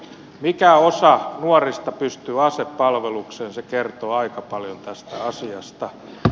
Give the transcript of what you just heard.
se mikä osa nuorista pystyy asepalvelukseen kertoo aika paljon tästä asiasta